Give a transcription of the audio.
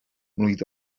mlwydd